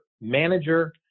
manager